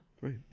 right